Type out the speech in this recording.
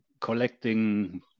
collecting